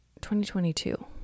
2022